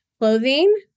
clothing